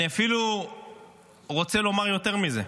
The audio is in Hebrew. אני רוצה לומר אפילו יותר מזה: